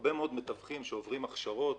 הרבה מאוד מתווכים שעוברים הכשרות